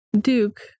Duke